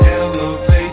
elevate